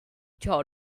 jaw